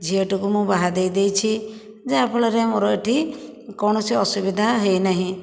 ଝିଅଟିକୁ ମୁଁ ବାହା ଦେଇଦେଇଛି ଯାହା ଫଳରେ ମୋର ଏଠି କୌଣସି ଅସୁବିଧା ହୋଇନାହିଁ